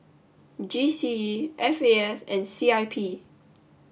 G C E F A S and C I P